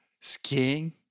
skiing